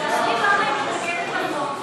ולהסביר למה היא מתנגדת לחוק,